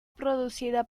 producida